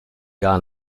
gar